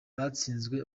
batsinzwe